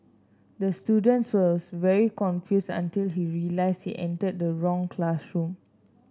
the students very confused until he realised he entered the wrong classroom